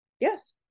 yes